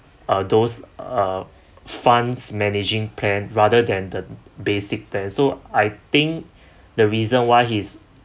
uh those uh fund's managing plan rather than the basic plan so I think the reason why he's